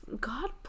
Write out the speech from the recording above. God